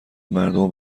مردمو